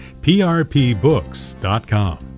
prpbooks.com